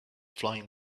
flying